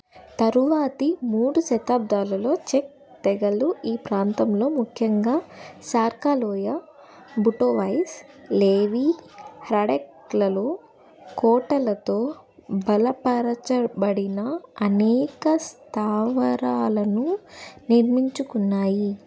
తరువాతి మూడు శతాబ్దాలలో చక్ తెగలు ఈ ప్రాంతంలో ముఖ్యంగా సార్కా లోయ బుటోవైస్ లెవీ హ్రాడెక్లలో కోటలతో బలపరచబడిన అనేక స్థావరాలను నిర్మించుకున్నాయి